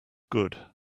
good